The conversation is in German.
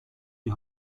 die